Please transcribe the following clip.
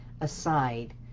aside